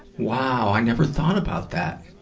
wow, i never thought about that.